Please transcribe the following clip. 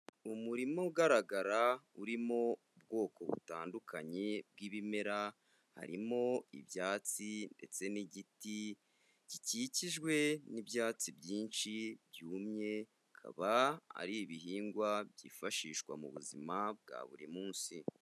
Umurima ugaragara urimo ubwoko butandukanye bw'ibimera harimo ibyatsi ndetse n'igiti gikikijwe n'ibyatsi byinshi byumye bikaba ari ibihingwa byifashishwa mu buzima bwa buri munsi.